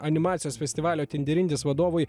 animacijos festivalio tindirindis vadovui